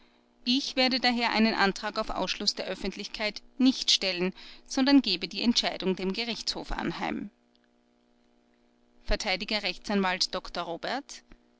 ich werde daher einen antrag auf ausschluß der öffentlichkeit nicht stellen sondern gebe die entscheidung dem gerichtshof anheim verteidiger rechtsanwalt dr robert